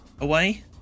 away